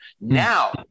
Now